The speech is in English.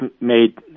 made